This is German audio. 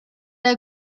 der